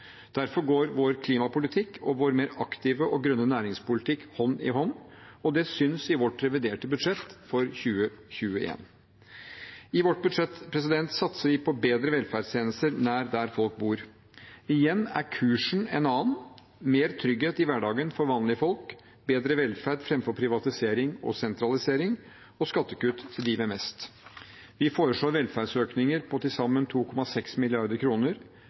Derfor går vår klimapolitikk og vår mer aktive og grønne næringspolitikk hånd i hånd, og det syns i vårt reviderte budsjett for 2021. I vårt budsjett satser vi på bedre velferdstjenester nær der folk bor. Igjen er kursen en annen: mer trygghet i hverdagen for vanlige folk og bedre velferd – fremfor privatisering, sentralisering og skattekutt til dem med mest fra før. Vi foreslår velferdsøkninger på til sammen 2,6